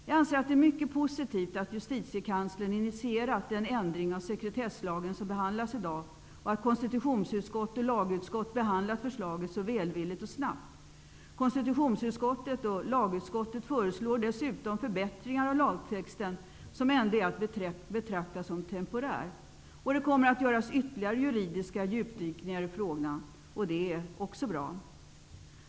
Jag anser att det är mycket positivt att justitiekanslern har initierat den ändring av sekretesslagen som behandlas i dag och att konstitutionsutskott och lagutskott har behandlat förslaget så välvilligt och snabbt. Konstitutionsutskottet och lagutskottet föreslår dessutom förbättringar av lagtexten, som ändå är att betrakta som temporär. Det kommer att göras ytterligare juridiska djupdykningar i frågan. Det är också bra.